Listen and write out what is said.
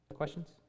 Questions